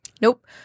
Nope